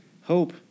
Hope